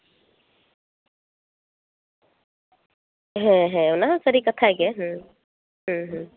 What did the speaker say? ᱦᱮᱸ ᱦᱮᱸ ᱚᱱᱟ ᱦᱚᱸ ᱥᱟᱹᱨᱤ ᱠᱟᱛᱷᱟ ᱜᱮ ᱦᱩᱸ ᱦᱩᱸ ᱦᱩᱸ